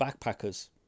backpackers